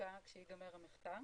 ובהשקעה שייגמר המחקר,